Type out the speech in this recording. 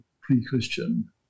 pre-Christian